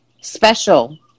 special